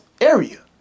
area